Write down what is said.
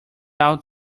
out